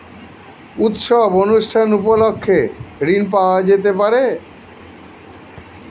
উৎসব অনুষ্ঠান উপলক্ষে ঋণ পাওয়া যেতে পারে?